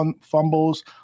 fumbles